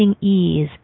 ease